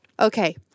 Okay